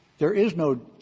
there is no